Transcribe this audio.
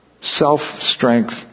Self-strength